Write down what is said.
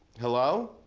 hello?